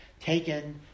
taken